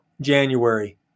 January